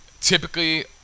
Typically